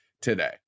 today